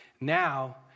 Now